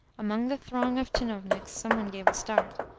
among the throng of tchinovniks some one gave a start,